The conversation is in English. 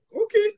okay